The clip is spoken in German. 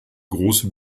große